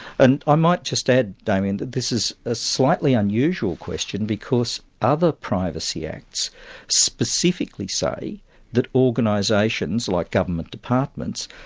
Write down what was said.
and i might just add, damien, that this is a slightly unusual question because other privacy acts specifically say that organisations, like government departments,